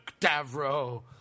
Davro